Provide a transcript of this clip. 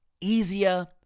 easier